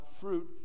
fruit